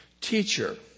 teacher